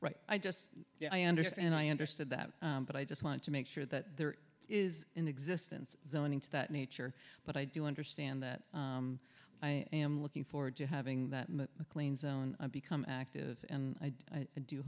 right i just i understand i understood that but i just want to make sure that there is in existence zoning to that nature but i do understand that i am looking forward to having that clean zone become active and i